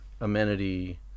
amenity